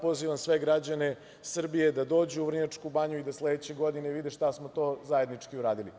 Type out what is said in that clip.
Pozivam sve građane Srbije da dođu u Vrnjačku banju i da sledeće godine vide šta smo to zajednički uradili.